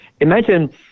imagine